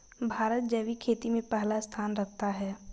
भारत जैविक खेती में पहला स्थान रखता है